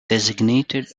designated